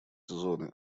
зоны